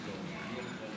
אה, אתה הסתרת אותו.